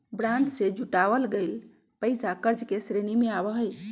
bond से जुटावल गइल पैसा कर्ज के श्रेणी में आवा हई